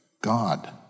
God